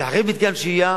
ואחרי מתקן שהייה,